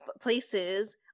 places